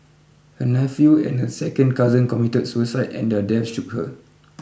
her nephew and a second cousin committed suicide and their deaths shook her